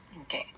Okay